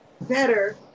better